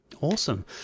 Awesome